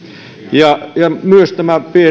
ja myös tämä